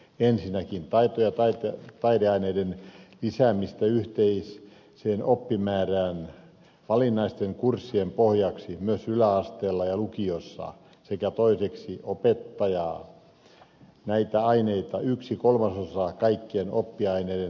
ensinnäkin taito ja taideaineiden lisäämisen yhteiseen oppimäärään valinnaisten kurssien pohjaksi myös yläasteella ja lukiossa sekä toiseksi sen että näitä aineita opetettaisiin yksi kolmasosa kaikkien oppiaineiden tuntimäärästä